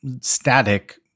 static